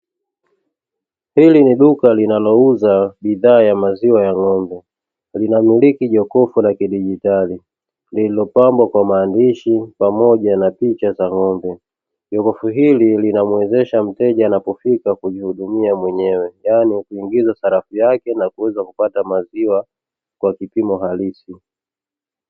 Hili ni duka linalouza bidhaa ya maziwa ya ng'ombe, linamiliki jokofu la kidigitali lililopambwa kwa maandishi pamoja na picha za ng'ombe. Jokofu hili linamuwezesha mteja anapofika kujihudumia mwenyewe yaani kuingiza sarafu yake na kuweza kupata maziwa katika kipimo halisi.